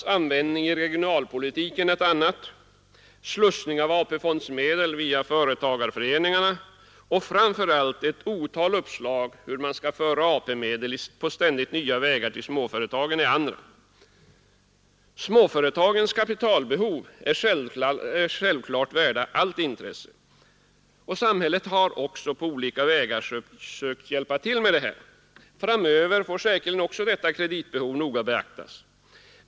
m. användning i regionalpolitiken är ett annat, slussning av AP-medel via företagarföreningarna och framför allt ett otal uppslag hur man skall föra AP-medel på ständigt nya vägar till småföretagen är andra. Småföretagens kapitalbehov är självklart värt allt intresse, och samhället har också på olika vägar sökt hjälpa till med att tillgodose detta. Också framöver får säkerligen detta kreditbehov noga beaktas.